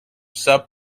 sub